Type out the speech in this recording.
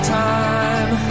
time